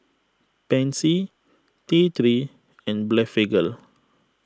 Pansy T three and Blephagel